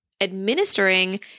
administering